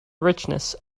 richness